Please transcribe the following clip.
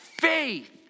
faith